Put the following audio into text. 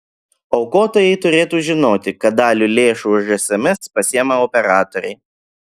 aukotojai turėtų žinoti kad dalį lėšų už sms pasiima operatoriai